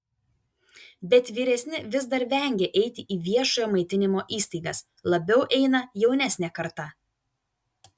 bet vyresni vis dar vengia eiti į viešojo maitinimo įstaigas labiau eina jaunesnė karta